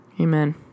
Amen